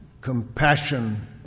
compassion